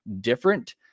different